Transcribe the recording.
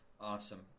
Awesome